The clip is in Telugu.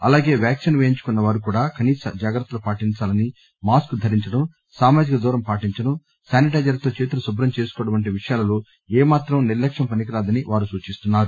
అలాగే వాక్సిన్ వేయించుకున్న వారు కూడా కనీస జాగ్రత్తలు పాటిందాలని మాస్కు ధరించడం సామాజిక దూరం పాటించడం శానిటైజర్ తో చేతులు శుభ్రం చేసుకోవడం వంటి విషయాలలో ఏమాత్రం నిర్లక్ష్యం పనికి రాదని వారు సూచిస్తున్నారు